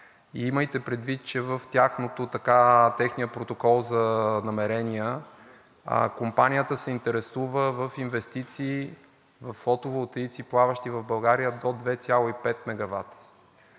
Имайте предвид, че в техния протокол за намерения компанията се интересува за инвестиции във фотоволтаици, плаващи в България, до 2,5 мегавата.